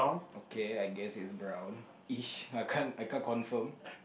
okay I guess it's brownish I can't I can't confirm